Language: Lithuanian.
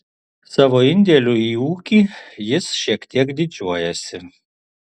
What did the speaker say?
savo indėliu į ūkį jis šiek tiek didžiuojasi